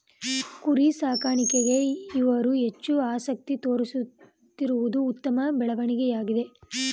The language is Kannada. ಕುರಿ ಸಾಕಾಣಿಕೆಗೆ ಇವರು ಹೆಚ್ಚು ಆಸಕ್ತಿ ತೋರಿಸುತ್ತಿರುವುದು ಉತ್ತಮ ಬೆಳವಣಿಗೆಯಾಗಿದೆ